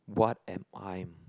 what am I'm